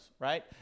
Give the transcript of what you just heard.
right